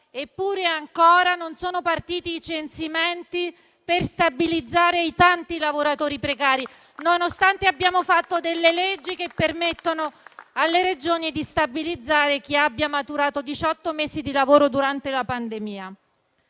eppure ancora non sono partiti i censimenti per stabilizzare i tanti lavoratori precari, nonostante abbiamo fatto delle leggi che permettono alle Regioni di stabilizzare chi abbia maturato diciotto mesi di lavoro durante la pandemia.